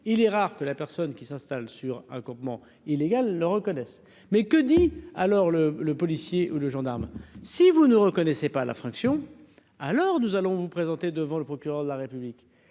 il est rare que la personne qui s'installe sur un campement illégal le reconnaissent, mais que dit alors le le policier ou le gendarme, si vous ne reconnaissait pas la fraction alors nous allons vous présenter devant le procureur de la République